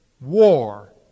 war